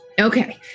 Okay